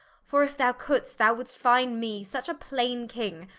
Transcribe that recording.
for if thou could'st, thou would'st finde me such a plaine king,